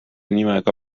nimega